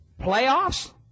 Playoffs